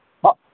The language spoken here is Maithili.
तऽ